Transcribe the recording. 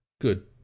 Good